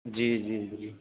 جی جی جی